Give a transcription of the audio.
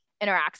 interacts